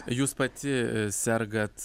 jūs pati sergat